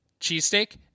cheesesteak